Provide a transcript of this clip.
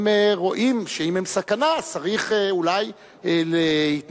הם רואים שאם הם סכנה,